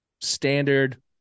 standard